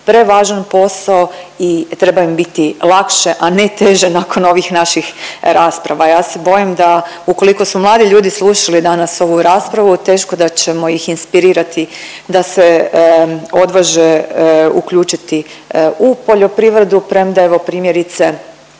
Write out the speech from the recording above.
prevažan posao i treba im biti lakše, a ne teže nakon ovih naših rasprava, al ja se bojim da ukoliko su mladi ljudi slušali danas ovu raspravu teško da ćemo ih inspirirati da se odvaže uključiti u poljoprivredu premda evo primjerice